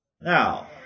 Now